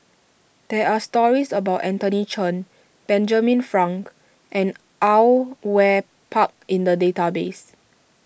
there are stories about Anthony Chen Benjamin Frank and Au Yue Pak in the database